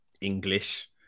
English